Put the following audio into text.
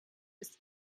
ist